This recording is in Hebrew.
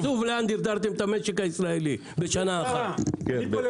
זה עצוב לאן דרדרתם את המשק הישראלי בשנה אחת --- ברור,